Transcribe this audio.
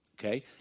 okay